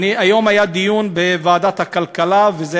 היום היה דיון בוועדת הכלכלה על